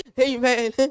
amen